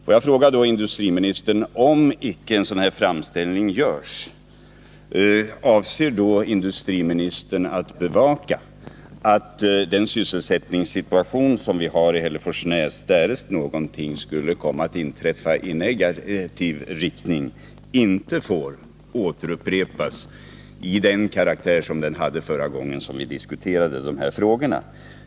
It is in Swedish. Jag vill därför fråga industriministern: Om en sådan här framställning icke görs, avser industriministern i så fall att bevaka att industriutvecklingen i Hälleforsnäs inte återigen som förra gången då vi diskuterade de här frågorna blir ett svårt hot mot sysselsättningen.